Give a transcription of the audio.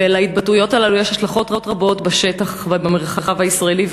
ולהתבטאויות הללו יש השלכות רבות בשטח ובמרחב הישראלי,